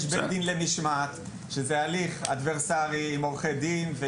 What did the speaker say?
יש בית דין למשמעת שזה הליך אדברסרי עם עורכי דין,